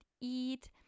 eat